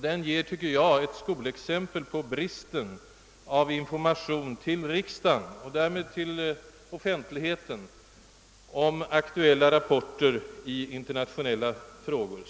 Den utgör, tycker jag, ett skolexempel på bristen på information till riksdagen och därmed till offentligheten om aktuella rapporter i internationella frågor.